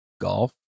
golf